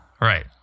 right